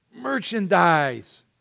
merchandise